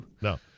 No